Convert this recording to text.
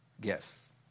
gifts